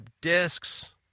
discs